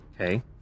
Okay